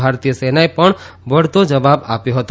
ભારતીય સેનાએ પણ વળતો જવાબ આવ્યો હતો